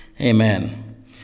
Amen